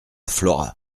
flora